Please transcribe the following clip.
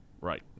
Right